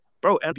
Bro